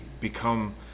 become